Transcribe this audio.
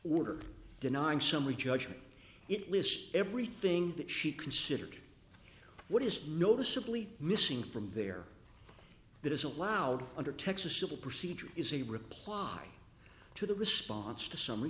order denying summary judgment it lists everything that she considered what is noticeably missing from there that is allowed under texas civil procedure is a reply to the response to summ